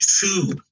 two